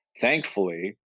thankfully